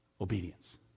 obedience